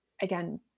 Again